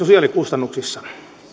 sosiaalikustannuksissa